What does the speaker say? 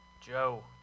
Joe